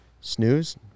Snooze